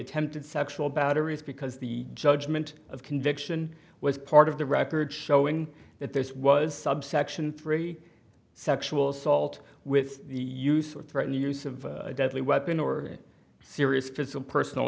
attempted sexual battery is because the judgment of conviction was part of the record showing that this was subsection three sexual assault with the use or threaten use of a deadly weapon or serious physical personal